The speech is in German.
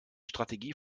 strategie